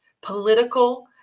political